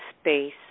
space